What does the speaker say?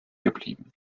geblieben